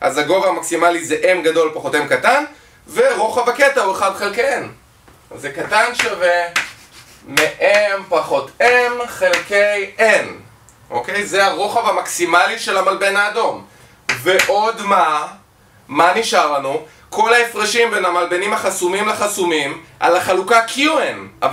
אז הגובה המקסימלי זה M גדול פחות m קטן, ורוחב הקטע הוא 1 חלקי n. זה קטן שווה מ-m פחות m חלקי n. אוקי? זה הרוחב המקסימלי של המלבן האדום ועוד מה? מה נשאר לנו? כל ההפרשים בין המלבנים החסומים לחסומים על החלוקה qn